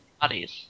bodies